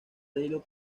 taylor